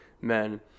men